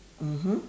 mmhmm